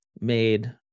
made